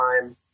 time